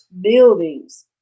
buildings